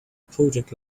project